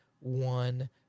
one